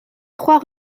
trois